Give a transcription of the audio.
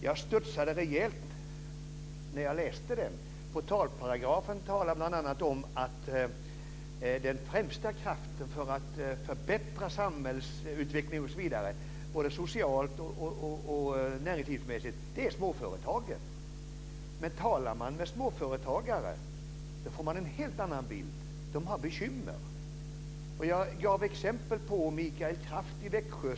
Jag studsade till rejält när jag läste den. Portalparagrafen talar bl.a. om att den främsta kraften för att förbättra samhällsutvecklingen osv. både socialt och näringslivsmässigt är småföretagen. Men talar man med småföretagare får man en helt annan bild. De har bekymmer. Jag gav ett exempel på detta, Mikael Kraft i Växjö.